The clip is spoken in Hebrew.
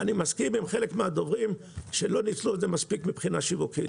אני מסכים עם חלק מהדוברים שלא ניצלו את זה מספיק מבחינה שיווקית.